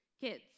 Kids